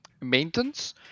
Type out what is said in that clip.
maintenance